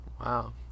Wow